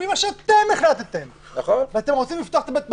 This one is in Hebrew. ואתם רוצים לפתוח בית מלון,